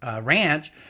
ranch